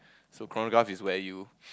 so chronograph is where you